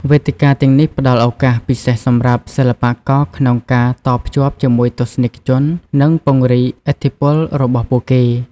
វេទិកាទាំងនេះផ្ដល់ឱកាសពិសេសសម្រាប់សិល្បករក្នុងការតភ្ជាប់ជាមួយទស្សនិកជន និងពង្រីកឥទ្ធិពលរបស់ពួកគេ។